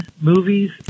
movies